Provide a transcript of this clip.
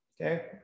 okay